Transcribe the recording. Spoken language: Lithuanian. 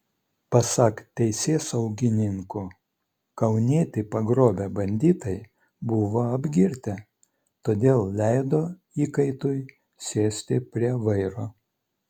pasak teisėsaugininkų kaunietį pagrobę banditai buvo apgirtę todėl leido įkaitui sėsti prie vairo